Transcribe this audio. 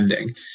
ending